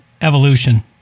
evolution